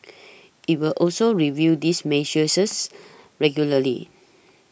it will also review these measures regularly